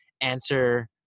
answer